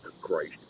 Christ